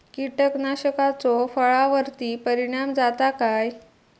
कीटकनाशकाचो फळावर्ती परिणाम जाता काय?